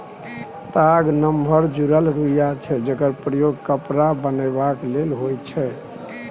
ताग नमहर जुरल रुइया छै जकर प्रयोग कपड़ा बनेबाक लेल होइ छै